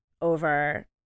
over